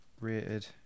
rated